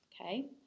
Okay